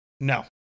No